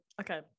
okay